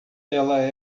ela